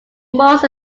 most